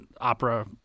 opera